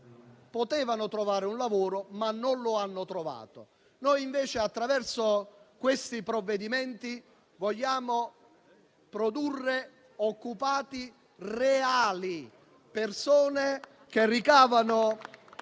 potevano trovare un lavoro, ma non lo hanno trovato. Noi, invece, attraverso questi provvedimenti, vogliamo produrre occupati reali, persone che ricavano